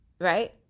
right